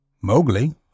Mowgli